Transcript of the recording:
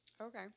Okay